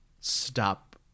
stop